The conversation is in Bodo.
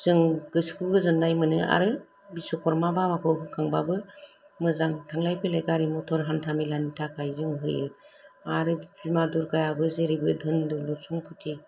जों गोसोखौ गोजोन्नाय मोनो आरो बिस'करमा बाबाखौ होखांबाबो मोजां थांलाय फैलाय गारि मथर हानथा मेलानि थाखाय जों होयो आरो बिमा र्दुगा आबो जेरैबो धोन दोलोथ समफथि